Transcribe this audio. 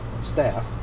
staff